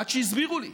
עד שהסבירו לי,